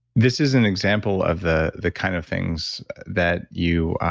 this is an example of the the kind of things that you